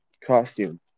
costume